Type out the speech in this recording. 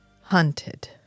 Hunted